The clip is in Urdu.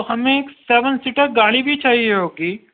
ہمیں ایک سیون سیٹر گاڑی بھی چاہیے ہوگی